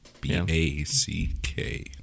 B-A-C-K